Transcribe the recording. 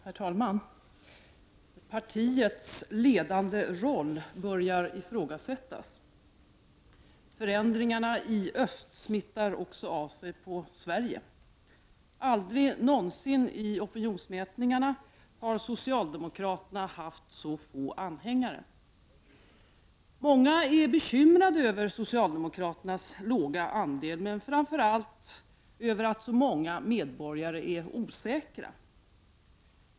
Herr talman! Partiets ledande roll börjar ifrågasättas. Förändringarna i öst smittar också av sig på Sverige. Socialdemokraterna har aldrig någonsin i opinionsmätningarna haft så få anhängare. Många är bekymrade över socialdemokraternas låga andel, men framför allt över att så många medborgare är osäkra.